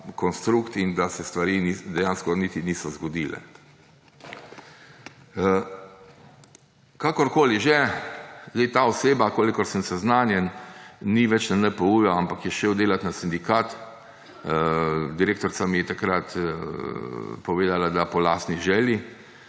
konstrukt in da se stvari dejansko niti niso zgodile. Kakorkoli že, ta oseba, kolikor sem seznanjen, ni več na NPU, ampak je šla delati na sindikat, direktorica mi je takrat povedala, da po lastni želji.